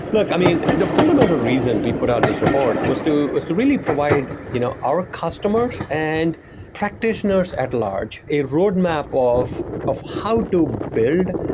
look. i mean, the fundamental reason we put out this report was to was to really provide you know our customers and practitioners at large a roadmap of of how to build,